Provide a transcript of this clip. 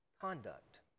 conduct